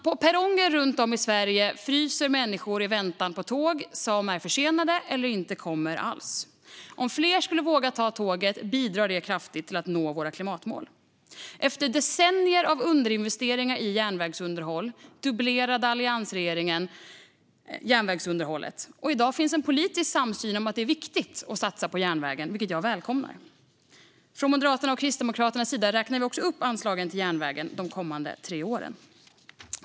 På perronger runt om i Sverige fryser människor i väntan på tåg som är försenade eller inte kommer alls. Om fler vågar ta tåget bidrar det kraftigt till att nå våra klimatmål. Efter decennier av underinvesteringar i järnvägsunderhåll dubblerade alliansregeringen järnvägsunderhållet och i dag finns en politisk samsyn om att det är viktigt att satsa på järnvägen, vilket jag välkomnar. Moderaterna och Kristdemokraterna räknar också upp anslagen till järnvägen under de kommande tre åren.